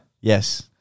Yes